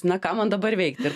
na ką man dabar veikt ir